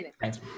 Thanks